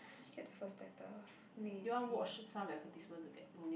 just get the first letter lah lazy